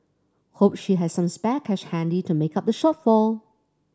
hope she has some spare cash handy to make up the shortfall